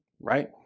right